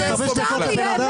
--- אז אין לי זכות לדבר פה בכלל.